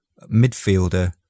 midfielder